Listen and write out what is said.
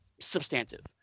substantive